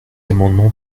amendement